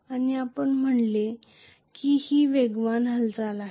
आणि आपण म्हटले की ही वेगवान हालचाल आहे